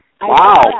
Wow